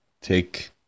take